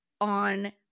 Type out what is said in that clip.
on